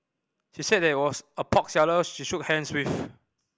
she said that it was a pork seller she shook hands with